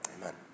amen